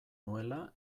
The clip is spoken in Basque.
nuela